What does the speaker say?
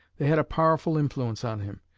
they had a powerful influence on him.